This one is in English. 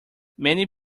many